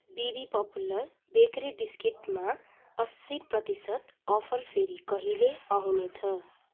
BB popular bakery बिस्कुटमा अस्सी प्रतिशत अफर फेरि कहिले आउने छ